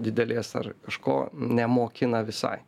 didelės ar kažko nemokina visai